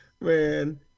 Man